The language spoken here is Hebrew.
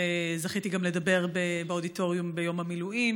וזכיתי גם לדבר באודיטוריום ביום המילואים.